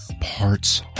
parts